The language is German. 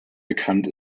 bekannt